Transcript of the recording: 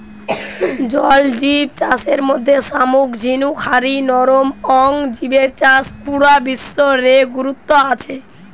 জল জিব চাষের মধ্যে শামুক ঝিনুক হারি নরম অং জিবের চাষ পুরা বিশ্ব রে গুরুত্ব আছে